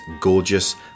gorgeous